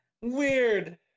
weird